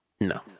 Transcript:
No